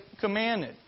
commanded